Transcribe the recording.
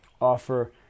offer